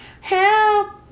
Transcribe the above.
help